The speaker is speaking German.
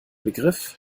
begriff